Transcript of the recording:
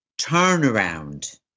turnaround